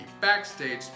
backstage